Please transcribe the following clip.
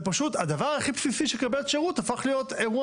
הדבר הכי בסיסי של קבלת שירות הפך להיות אירוע